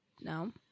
no